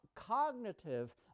Cognitive